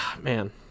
Man